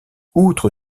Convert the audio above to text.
outre